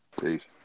Peace